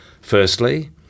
Firstly